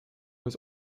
was